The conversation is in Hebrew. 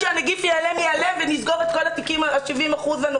כשהנגיף ייעלם יעלם ונסגור את כל התיקים הנוספים?